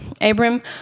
Abram